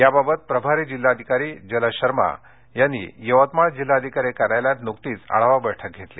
याबाबत प्रभारी जिल्हाधिकारी जलज शर्मा यांनी जिल्हाधिकारी कार्यालयात नुकतीच आढावा बैठक घेतली